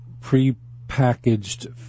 pre-packaged